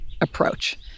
approach